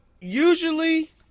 Usually